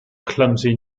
clumsy